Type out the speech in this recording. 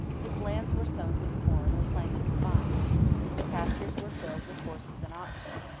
his lands were sown with corn or planted with vines the pastures were filled with horses and oxen,